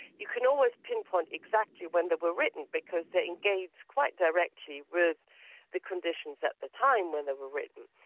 you can always pinpoint exactly when they were written because they engage quite directly with the conditions at the time when they were written.